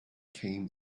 came